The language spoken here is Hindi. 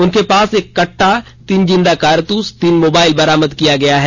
उनके पास एक कट्टा तीन जिंदा कारतूस तीन मोबाइल बरामद किया गया है